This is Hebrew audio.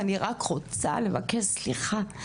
אני רק רוצה לבקש סליחה,